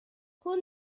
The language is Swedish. hon